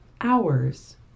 hours